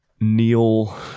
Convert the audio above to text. Neil